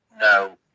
No